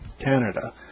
Canada